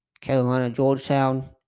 Carolina-Georgetown